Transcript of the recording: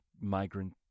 migrant